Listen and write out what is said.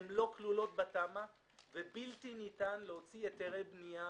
הן לא כלולות בתמ"א ובלתי ניתן להוציא היתרי בנייה,